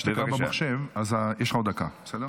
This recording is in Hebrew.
לפי המחשב, יש לך עוד דקה, בסדר?